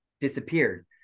disappeared